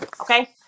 okay